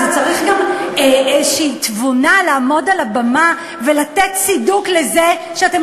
צריך גם איזו תבונה לעמוד על הבמה ולתת צידוק לזה שאתם